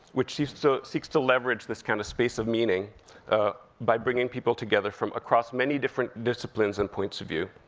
which seeks so seeks to leverage this kind of space of meaning by bringing people together from across many different disciplines and points of view.